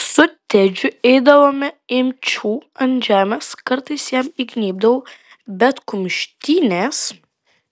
su tedžiu eidavome imčių ant žemės kartais jam įgnybdavau bet kumštynės